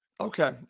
Okay